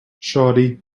shawty